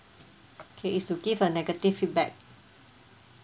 okay is to give a negative feedback